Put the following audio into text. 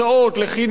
לרווחה,